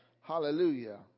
hallelujah